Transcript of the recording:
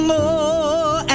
more